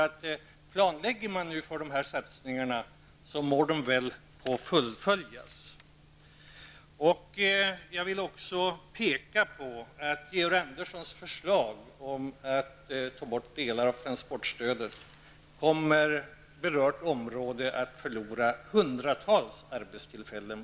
Om man planlägger för sådana här satsningar må de väl få fullföljas. Jag vill också peka på Georg Anderssons förslag om att ta bort delar av transportstödet. Men om den åtgärden vidtas kommer berört område att förlora hundratals arbetstillfällen.